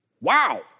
Wow